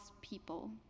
people